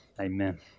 Amen